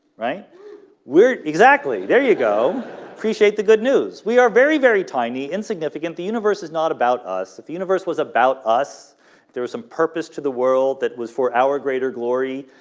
right we're exactly there. you go appreciate the good news we are very very tiny insignificant the universe is not about us if the universe was about us there was some purpose to the world that was for our greater. glory.